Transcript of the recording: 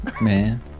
man